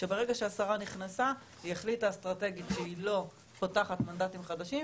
שברגע שהשרה נכנסה היא החליטה אסטרטגית שהיא לא פותחת מנדטים חדשים,